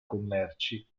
commerci